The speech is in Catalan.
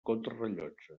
contrarellotge